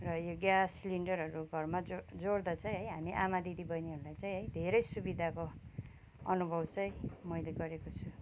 र यो ग्यास सिलिन्डरहरू घरमा जोड्दा चाहिँ है हामी आमा दिदी बहिनीहरूलाई चाहिँ है धेरै सुविधाको अनुभव चाहिँ मैले गरेको छु